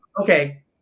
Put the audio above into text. okay